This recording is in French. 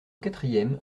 quatrième